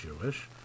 Jewish